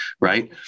right